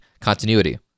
continuity